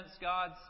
God's